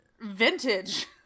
Vintage